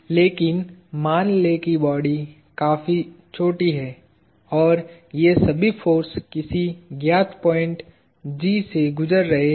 लेकिन मान लें कि बॉडी काफी छोटी है और ये सभी फोर्स किसी ज्ञात पॉइंट G से गुजर रहे हैं